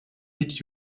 need